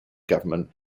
government